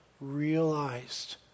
realized